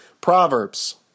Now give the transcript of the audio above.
Proverbs